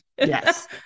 Yes